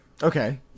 Okay